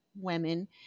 women